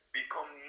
become